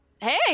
Hey